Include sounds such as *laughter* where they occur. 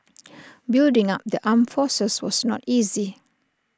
*noise* building up the armed forces was not easy